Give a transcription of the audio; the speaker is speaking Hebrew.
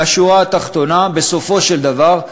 והשורה התחתונה: בסופו של דבר,